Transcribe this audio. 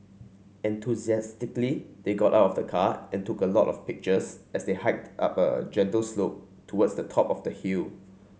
enthusiastically they got out of the car and took a lot of pictures as they hiked up a gentle slope towards the top of the hill